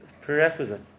prerequisite